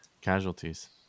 casualties